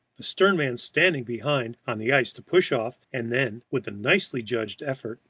the stern man standing behind on the ice to push off, and then, with nicely judged effort,